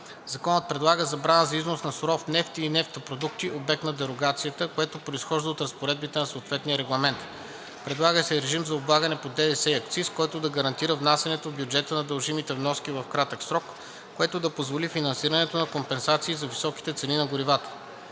Законът предлага забрана за износ на суров нефт и нефтопродукти, обект на дерогацията, което произхожда от разпоредбите на съответния регламент. Предлага се и режим за облагане по ДДС и акцизи, който да гарантира внасянето в бюджета на дължимите вноски в кратък срок, което да позволи финансирането на компенсации за високите цени на горивата.